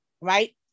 right